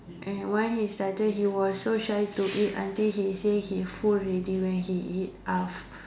and once he started he was so shy to eat until he say he full already when he eat half